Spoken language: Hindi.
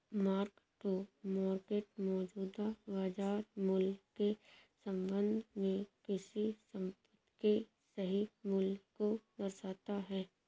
मार्क टू मार्केट मौजूदा बाजार मूल्य के संबंध में किसी संपत्ति के सही मूल्य को दर्शाता है